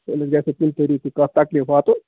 أمِس گژھِنہٕ کُنہِ طریٖقہٕ کانٛہہ تکلیٖف واتُن